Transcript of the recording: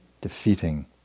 Defeating